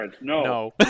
no